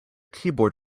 keyboard